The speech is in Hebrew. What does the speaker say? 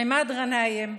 עימאד גנאים,